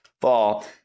fall